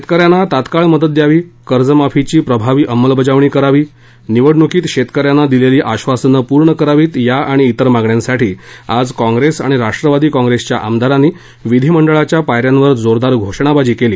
शेतकऱ्यांना तात्काळ मदत द्यावी कर्जमाफीची प्रभावी अंमलबजावणी करावी निवडणुकीत शेतकऱ्यांना दिलेली आश्वासनं पूर्ण करावीत या आणि इतर मागण्यांसाठी आज काँग्रेस आणि राष्ट्रवादी काँग्रेसच्या आमदारांनी विधिमंडळाच्या पायऱ्यांवर जोरदार घोषणाबाजी केली